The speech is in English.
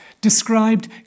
described